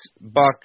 buck